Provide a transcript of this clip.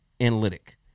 analytic